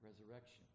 Resurrection